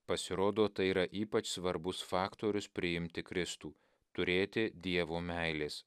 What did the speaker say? pasirodo tai yra ypač svarbus faktorius priimti kristų turėti dievo meilės